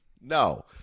no